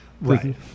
Right